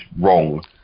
wrong